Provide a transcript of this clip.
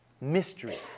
Mystery